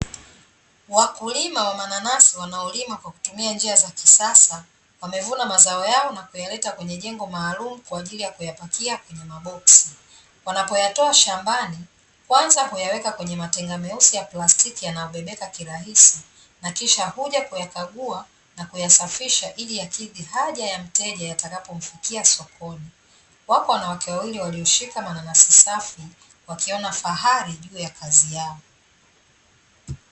Wakulima wa mananasi wanaolima kwa kutumia njia za kisasa, wamevuna mazao yao na kuyaleta kwenye jengo maalumu kwa ajili ya kuyapakia kwenye maboksi. Wanapoyatoa shambani, kwanza huyaweka kwenye matenga meusi ya plastiki yanayobebeka kirahisi na kisha huja kuyakagua na kuyasafisha ili yakidhi haja ya mteja yatakapomfikia sokoni. Wako wanawake wawili walioshika mananasi safi, wakiona fahari juu ya kazi yao.